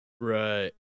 Right